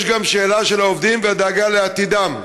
יש גם שאלה של העובדים והדאגה לעתידם.